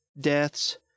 deaths –